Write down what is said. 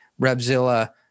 Revzilla